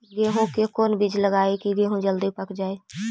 गेंहू के कोन बिज लगाई कि गेहूं जल्दी पक जाए?